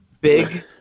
Big